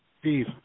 Steve